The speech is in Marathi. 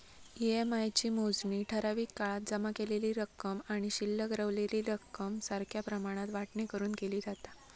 ई.एम.आय ची मोजणी ठराविक काळात जमा केलेली रक्कम आणि शिल्लक रवलेली रक्कम सारख्या प्रमाणात वाटणी करून केली जाता